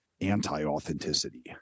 anti-authenticity